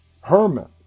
Herman